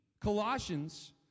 Colossians